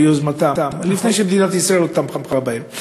ביוזמתן, לפני שמדינת ישראל עוד תמכה בהן.